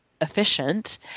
efficient